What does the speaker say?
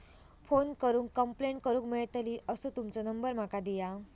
Phone करून complaint करूक मेलतली असो तुमचो नंबर माका दिया?